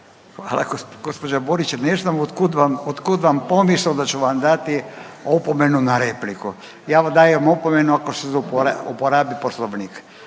Hvala. Gospođo Borić ne znam od kud vam, od kud vam pomisao da ću vam dati opomenu na repliku. Ja dajem opomenu ako se zlouporabi Poslovnik,